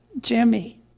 Jimmy